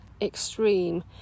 extreme